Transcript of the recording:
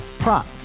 Prop